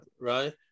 right